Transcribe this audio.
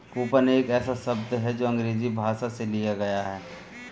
coupon एक ऐसा शब्द है जो अंग्रेजी भाषा से लिया गया है